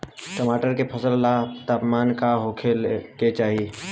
टमाटर के फसल ला तापमान का होखे के चाही?